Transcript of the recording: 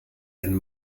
ein